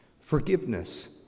Forgiveness